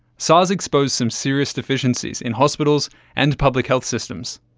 sars exposed some serious deficiencies in hospitals and public health systems.